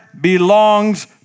belongs